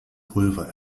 pulver